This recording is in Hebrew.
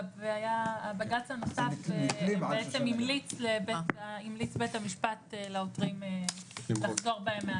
בבג"ץ הנוסף המליץ בית המשפט לעותרים לחזור בהם מהעתירה.